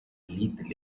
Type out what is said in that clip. facilite